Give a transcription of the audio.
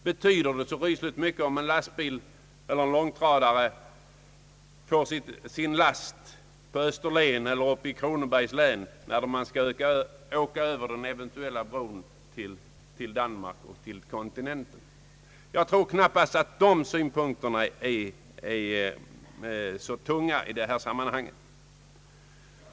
Betyder det så väldigt mycket om en långtradare får sin last i Österlen eller i Kronobergs län i stället för i Malmö, när den skall åka över den eventuella bron till Danmark och till kontinenten? Jag tror knappats att de synpunkterna väger så tungt i detta sammanhang.